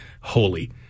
holy